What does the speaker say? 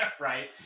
Right